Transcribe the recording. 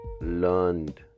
learned